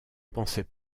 pensait